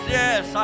yes